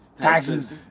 Taxes